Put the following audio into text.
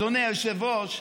אדוני היושב-ראש,